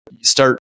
start